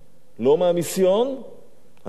אני מתנצל.